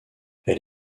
elle